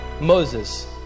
Moses